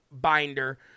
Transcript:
binder